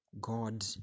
God